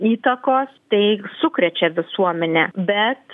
įtakos tai sukrečia visuomenę bet